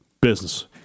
business